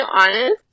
honest